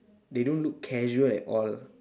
they don't look casual at all